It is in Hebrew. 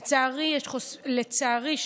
לצערי,